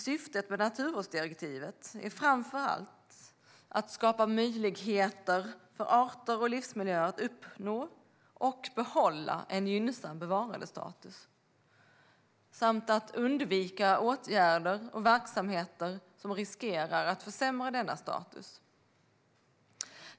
Syftet med naturvårdsdirektiven är framför allt att skapa möjligheter för arter och livsmiljöer att uppnå och behålla en gynnsam bevarandestatus samt att undvika åtgärder och verksamheter som riskerar att försämra denna status.